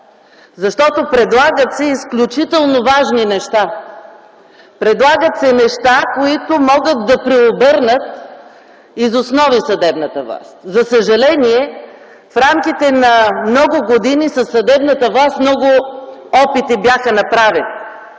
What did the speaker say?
Предлагат се изключително важни неща. Предлагат се неща, които могат да преобърнат из основи съдебната власт. За съжаление в рамките на много години със съдебната власт бяха направени